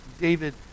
David